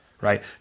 right